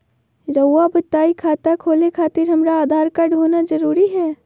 रउआ बताई खाता खोले खातिर हमरा आधार कार्ड होना जरूरी है?